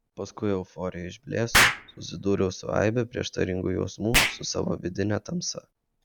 paskui euforija išblėso susidūriau su aibe prieštaringų jausmų su savo vidine tamsa